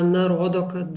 na rodo kad